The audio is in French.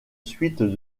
suite